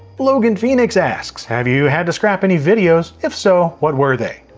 logan phoenix asks, have you had to scrap any videos? if so, what were they?